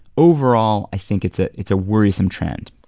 overall, i think it's ah it's a worrisome trend.